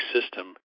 system